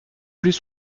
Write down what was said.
plus